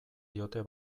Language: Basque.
diote